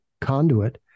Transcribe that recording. conduit